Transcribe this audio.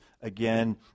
again